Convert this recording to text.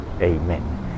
Amen